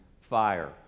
fire